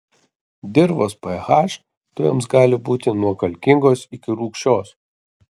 dirvos ph tujoms gali būti nuo kalkingos iki rūgščios